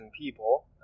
people